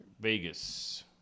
Vegas